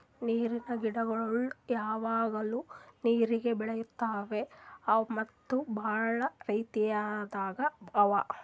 ನೀರಿನ್ ಗಿಡಗೊಳ್ ಯಾವಾಗ್ಲೂ ನೀರಾಗೆ ಬೆಳಿತಾವ್ ಮತ್ತ್ ಭಾಳ ರೀತಿದಾಗ್ ಅವಾ